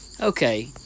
Okay